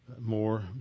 more